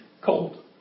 cold